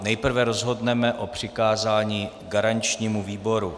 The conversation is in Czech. Nejprve rozhodneme o přikázání garančnímu výboru.